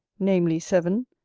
namely, severn,